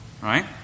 Right